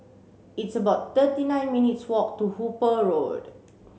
it's about thirty nine minutes' walk to Hooper Road